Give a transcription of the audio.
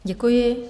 Děkuji.